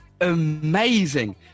amazing